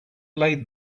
laid